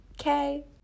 okay